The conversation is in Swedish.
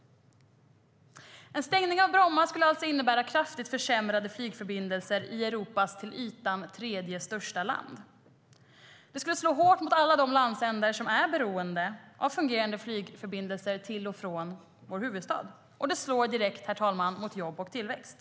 En stängning av Bromma flygplats skulle alltså innebära kraftigt försämrade flygförbindelser i Europas till ytan tredje största land. Det skulle slå hårt mot alla de landsändar som är beroende av fungerande flygförbindelser till och från vår huvudstad. Det slår direkt mot jobb och tillväxt.